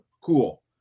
Cool